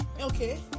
Okay